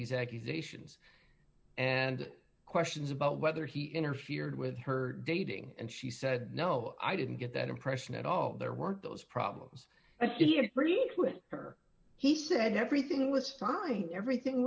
these accusations and questions about whether he interfered with her dating and she said no i didn't get that impression at all there weren't those problems and he really put her he said everything was fine everything